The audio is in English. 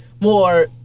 more